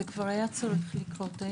זה כבר היה צריך לקרות.